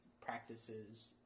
practices